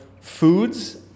foods